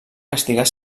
castigar